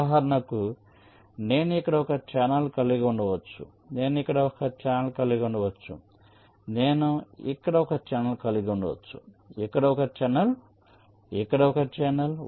ఉదాహరణకు నేను ఇక్కడ ఒక ఛానెల్ కలిగి ఉండవచ్చు నేను ఇక్కడ ఒక ఛానెల్ కలిగి ఉండవచ్చు నేను ఇక్కడ ఒక ఛానెల్ కలిగి ఉండవచ్చు ఇక్కడ ఒక ఛానెల్ ఇక్కడ ఒక ఛానెల్